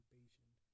patient